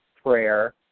prayer